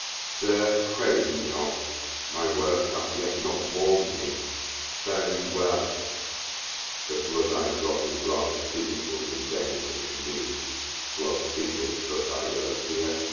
sir, praise me not my work hath yet not warm'd me fare you well the blood i drop is rather physical than dangerous to me to aufidius thus i will appear,